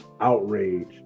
outrage